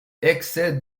excès